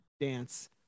dance